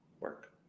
work